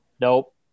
Nope